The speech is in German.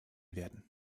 werden